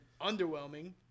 underwhelming